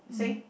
mm